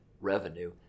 revenue